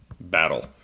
battle